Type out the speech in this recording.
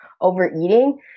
overeating